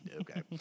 Okay